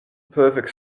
perfect